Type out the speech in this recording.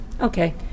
okay